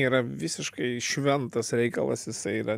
yra visiškai šventas reikalas jisai yra